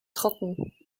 trocken